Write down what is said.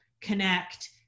connect